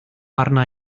arna